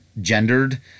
gendered